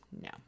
no